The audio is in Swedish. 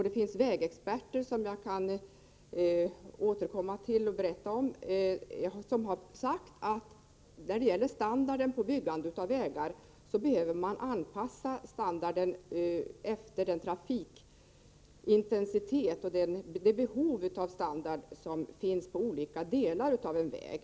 Det finns vägexperter, som jag kan återkomma till och berätta om, som har sagt att standarden bör anpassas efter den trafikintensitet och det behov av standard som kan gälla för olika delar av en väg.